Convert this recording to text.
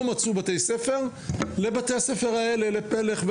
מצאו בתי ספר לבתי הספר האלה - לפלך,